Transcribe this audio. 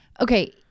Okay